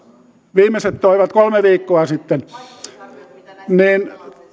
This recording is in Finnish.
viimeiset toivat kolme viikkoa sitten he